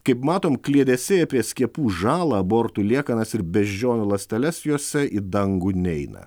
kaip matom kliedesiai apie skiepų žalą abortų liekanas ir beždžionių ląsteles jose į dangų neina